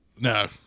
No